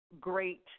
great